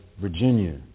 Virginia